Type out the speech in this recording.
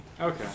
Okay